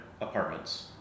apartments